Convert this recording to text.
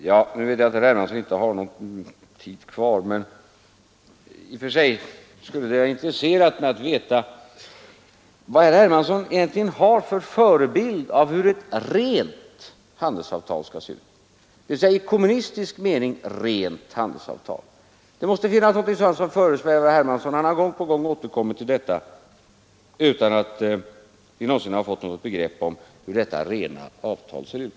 Jag vet att herr Hermansson inte har kvar något av sin repliktid i denna fråga, men det skulle ha intresserat mig att veta vad herr Hermansson egentligen har för förebild när det gäller hur ett rent, dvs. i kommunistisk mening rent, handelsavtal skall se ut. Det måste finnas någonting sådant som föresvävar herr Hermansson. Han har gång på gång återkommit till detta utan att vi någonsin fått något begrepp om hur detta ”rena” avtal ser ut.